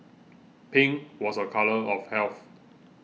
pink was a colour of health